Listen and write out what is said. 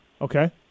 Okay